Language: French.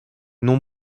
non